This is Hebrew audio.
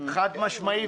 חד משמעי,